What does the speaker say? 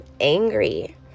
angry